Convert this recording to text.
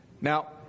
Now